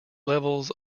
levels